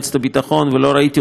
לא ראיתי אותו מתייצב